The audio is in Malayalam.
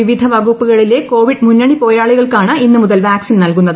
വിവിധ വകുപ്പുകളിലെ കോവിഡ് മുന്നണി പോരാളികൾക്കാണ് ഇന്നു മുതൽ വാക്സിൻ നൽകുന്നത്